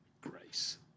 grace